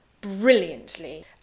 brilliantly